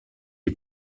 die